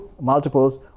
multiples